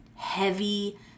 heavy